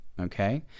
Okay